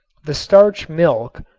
the starch milk,